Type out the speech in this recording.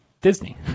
Disney